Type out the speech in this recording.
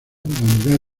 unidad